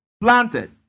planted